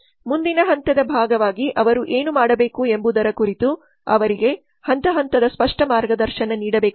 ಮುಂದಿನ ಹಂತದ ಭಾಗವಾಗಿ ಅವರು ಏನು ಮಾಡಬೇಕು ಎಂಬುದರ ಕುರಿತು ಅವರಿಗೆ ಹಂತ ಹಂತದ ಸ್ಪಷ್ಟ ಮಾರ್ಗದರ್ಶನ ನೀಡಬೇಕಾಗಿದೆ